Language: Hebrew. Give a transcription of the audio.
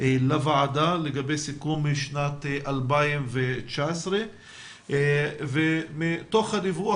לוועדה לגבי סיכום שנת 2019. מתוך הדיווח